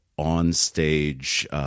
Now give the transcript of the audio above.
on-stage